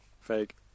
Fake